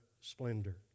splendor